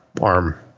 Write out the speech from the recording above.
ARM